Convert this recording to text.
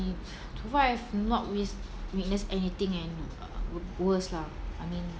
so far I've not w~ witness anything and worse lah I mean